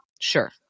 Sure